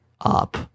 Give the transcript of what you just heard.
up